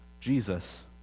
Jesus